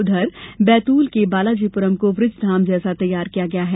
उधर बैतूल के बालाजीपुरम को ब्रजधाम जैसा तैयार किया गया है